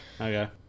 Okay